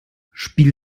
spiel